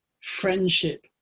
friendship